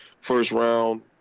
first-round